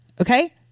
Okay